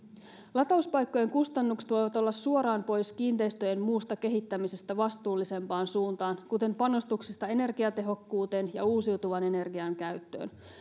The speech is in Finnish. latauspaikkojen kustannukset voivat olla suoraan pois kiinteistöjen muusta kehittämisestä vastuullisempaan suuntaan kuten panostuksesta energiatehokkuuteen ja uusiutuvan energian käyttöön